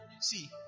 see